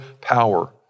power